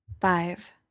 Five